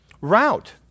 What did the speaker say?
route